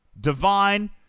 Divine